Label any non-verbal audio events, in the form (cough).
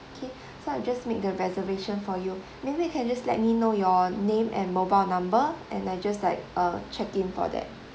okay (breath) so I just make the reservation for you maybe you can just let me know your name and mobile number and I just like uh check in for that